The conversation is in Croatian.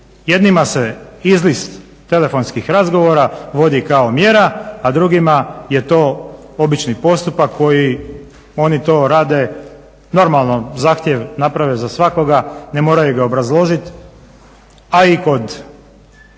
Jednima se izlist telefonskih razgovora vodi kao mjera, a drugima je to obični postupak koji oni to rade normalno. Zahtjev naprave za svakoga, ne moraju ga obrazložit, a i kod,